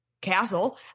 castle